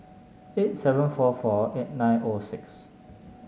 eight seven four four eight nine O six